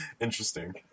Interesting